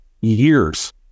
years